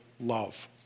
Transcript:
love